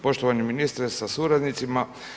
Poštovani ministre sa suradnicima.